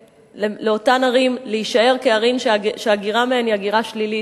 אותן ערים להישאר ערים שההגירה בהן היא הגירה שלילית,